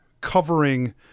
covering